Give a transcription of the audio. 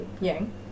yang